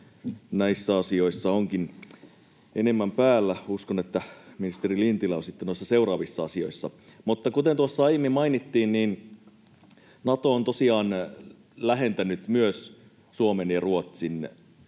näissä asioissa onkin enemmän päällä. Uskon, että ministeri Lintilä on sitten noissa seuraavissa asioissa. Mutta kuten tuossa aiemmin mainittiin, Nato on tosiaan lähentänyt myös Suomen ja Ruotsin